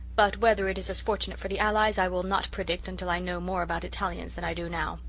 but whether it is as fortunate for the allies i will not predict until i know more about italians than i do now.